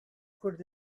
could